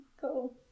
go